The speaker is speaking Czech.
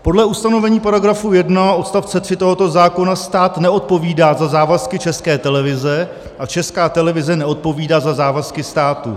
Podle ustanovení § 1 odst. 3 tohoto zákona stát neodpovídá za závazky České televize a Česká televize neodpovídá za závazky státu.